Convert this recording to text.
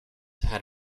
had